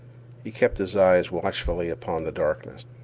he kept his eyes watchfully upon the darkness.